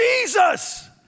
Jesus